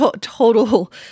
total